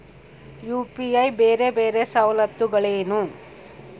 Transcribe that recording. UPI ಬೇರೆ ಬೇರೆ ಸವಲತ್ತುಗಳೇನು?